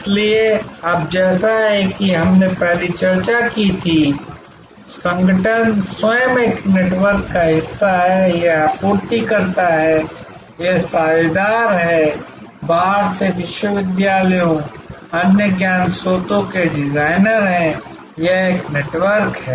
इसलिए अब जैसा कि हमने पहले चर्चा की थी संगठन स्वयं एक नेटवर्क का हिस्सा है यह आपूर्तिकर्ता है यह साझेदार है बाहर से विश्वविद्यालयों अन्य ज्ञान स्रोतों के डिजाइनर हैं यह एक नेटवर्क है